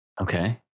okay